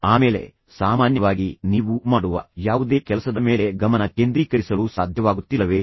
ಆಮೇಲೆ ಸಾಮಾನ್ಯವಾಗಿ ನೀವು ಮಾಡುವ ಯಾವುದೇ ಕೆಲಸದ ಮೇಲೆ ಗಮನ ಕೇಂದ್ರೀಕರಿಸಲು ನಿಮಗೆ ಸಾಧ್ಯವಾಗುತ್ತಿಲ್ಲವೇ